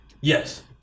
Yes